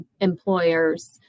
employers